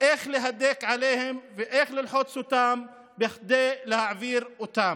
איך להדק עליהם ואיך ללחוץ אותם כדי להעביר אותם.